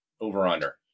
over-under